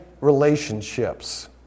relationships